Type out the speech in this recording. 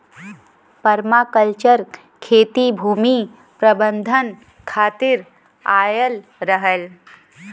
permaculture खेती भूमि प्रबंधन खातिर आयल रहल